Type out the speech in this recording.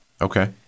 Okay